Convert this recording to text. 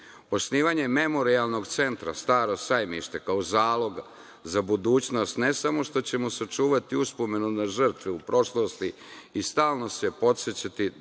Rome. Osnivanje Memorijalnog centra "Staro sajmište", kao zaloga za budućnost, ne samo što ćemo sačuvati uspomenu na žrtve u prošlosti i stalno se podsećati